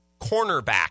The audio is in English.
Cornerback